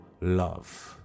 love